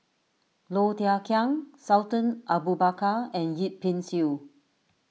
Low Thia Khiang Sultan Abu Bakar and Yip Pin Xiu